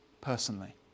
personally